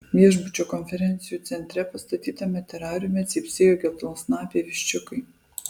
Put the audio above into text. viešbučio konferencijų centre pastatytame terariume cypsėjo geltonsnapiai viščiukai